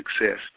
success